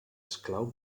esclau